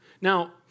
Now